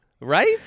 Right